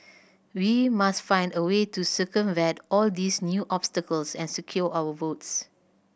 we must find a way to circumvent all these new obstacles and secure our votes